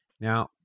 Now